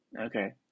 okay